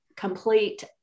complete